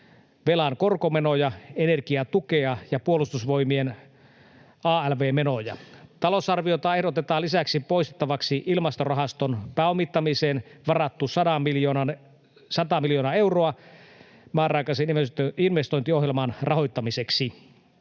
velan korkomenoja, energiatukea ja Puolustusvoimien alv-menoja. Talousarviosta ehdotetaan lisäksi poistettavaksi Ilmastorahaston pääomittamiseen varattu 100 miljoonaa euroa määräaikaisen investointiohjelman rahoittamiseksi.